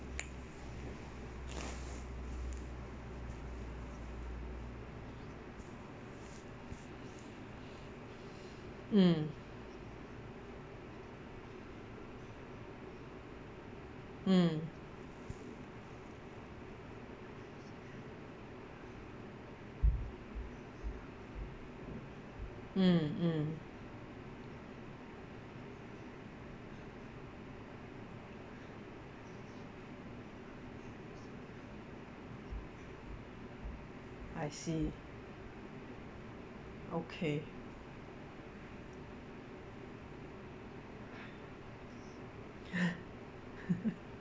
mm mm mm mm I see okay